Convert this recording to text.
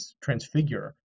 transfigure